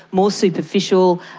more superficial,